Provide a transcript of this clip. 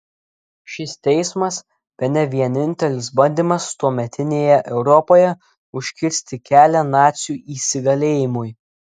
šis teismas bene vienintelis bandymas tuometinėje europoje užkirsti kelią nacių įsigalėjimui